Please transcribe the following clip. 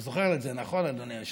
אתה זוכר את זה, נכון, אדוני היושב-ראש?